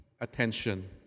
attention